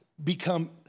Become